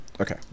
Okay